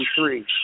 three